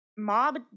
Mob